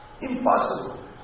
Impossible